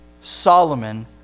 Solomon